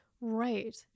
right